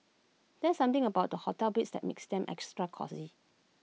there's something about the hotel beds that makes them extra cosy